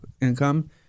income